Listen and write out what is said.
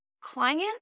client